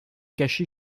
caché